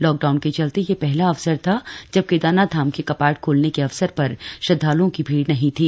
lockdown के चलते यह पहला अवसर था जब केदारनाथ धाम के कपाट खोलने के अवसर पर श्रद्वालुओं की भीड़ नहीं थी